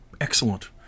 Excellent